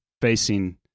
facing